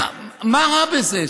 מה רע בזה?